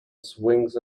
swings